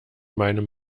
meinem